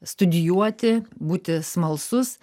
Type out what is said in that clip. studijuoti būti smalsus